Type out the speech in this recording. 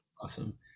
awesome